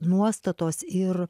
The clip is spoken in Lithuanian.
nuostatos ir